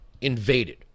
invaded